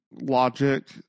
logic